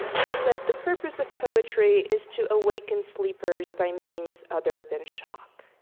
she said the purpose of poetry is to awaken sleepers by means other than shock.